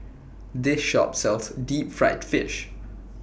This Shop sells Deep Fried Fish